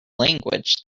language